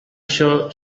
sure